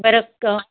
बरं क